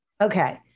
Okay